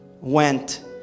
went